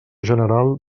general